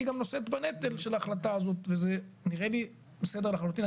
היא גם נושאת בנטל של ההחלטה הזאת וזה נראה לי בסדר לחלוטין.